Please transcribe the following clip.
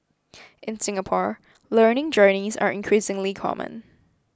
in Singapore learning journeys are increasingly common